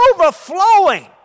overflowing